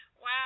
Wow